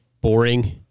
boring